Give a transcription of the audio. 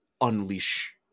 unleash